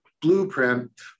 blueprint